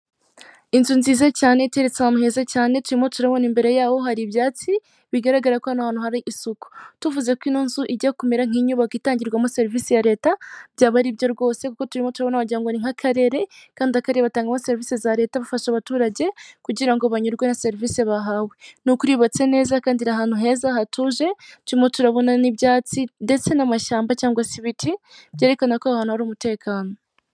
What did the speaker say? Inzu nziza cyane iteretse ahantu heza cyane, turimo turabona imbere yaho hari ibyatsi bigaragara ko hano hantu hari isuku. Tuvuze ko ino nzu ijya kumera nk'inyubako itangirwamo serivisi ya Leta byaba ari byo rwose kuko turimo turabona wagira ngo ni nk'Akarere, kandi akarere batangiramo serivisi za Leta bafasha abaturage kugira ngo banyurwe na serivisi bahawe. Nukuri yubatse neza kandi iri ahantu heza hatuje, turimo turabona n'ibyatsi ndetse n'amashyamba cyangwa se ibiti, byerekana ko aho hantu hari umutekano.